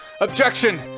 Objection